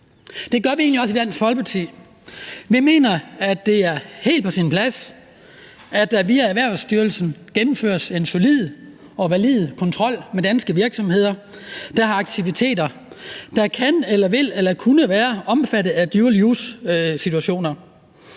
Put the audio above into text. egentlig også i Dansk Folkeparti. Vi mener, at det er helt på sin plads, at der via Erhvervsstyrelsen gennemføres en solid og valid kontrol med danske virksomheder, der har aktiviteter, der kan eller vil eller kunne være omfattet af dual use-situationer.